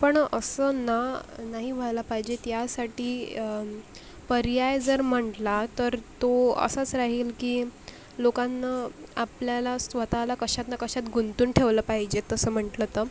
पण असं ना नाही व्हायला पाहिजे त्यासाठी पर्याय जर म्हटला तर तो असाच राहील की लोकांना आपल्याला स्वतःला कशात न कशात गुंतून ठेवलं पाहिजे तसं म्हटलं तर